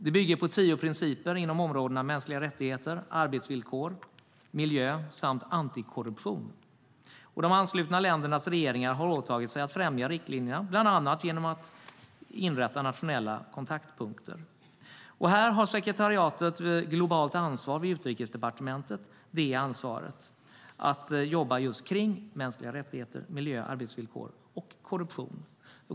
Det bygger på tio principer inom områdena mänskliga rättigheter, arbetsvillkor, miljö och antikorruption. De anslutna ländernas regeringar har åtagit sig att främja riktlinjerna bland annat genom att inrätta nationella kontaktpunkter. Sekretariatet Globalt ansvar vid Utrikesdepartementet har ansvaret för att jobba just inom områdena mänskliga rättigheter, arbetsvillkor, miljö och korruption.